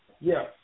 Yes